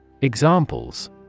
Examples